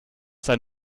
sein